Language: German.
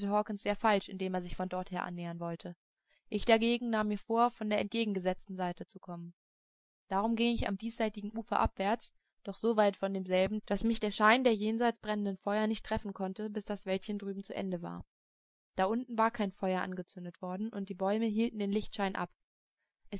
hawkens sehr falsch indem er sich von dorther annähern wollte ich dagegen nahm mir vor von der entgegengesetzten seite zu kommen darum ging ich am diesseitigen ufer abwärts doch so weit von demselben daß mich der schein der jenseits brennenden feuer nicht treffen konnte bis das wäldchen drüben zu ende war da unten war kein feuer angezündet worden und die bäume hielten den lichtschein ab